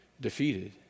defeated